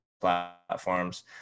platforms